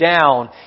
down